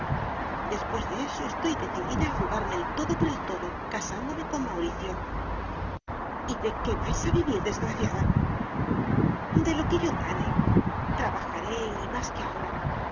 después de eso estoy decidida a jugarme el todo por el todo casándome con mauricio y de qué vais a vivir desgraciada de lo que yo gane trabajaré y más que ahora